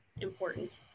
important